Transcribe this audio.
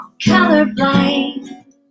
colorblind